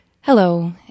Hello